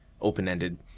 open-ended